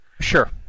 Sure